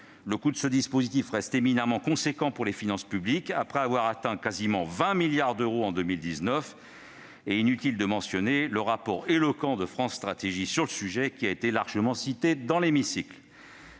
Le coût de ce dispositif reste éminemment considérable pour les finances publiques, après avoir atteint quasiment 20 milliards d'euros en 2019. Inutile de mentionner le rapport éloquent de France Stratégie sur le sujet, largement cité dans l'hémicycle.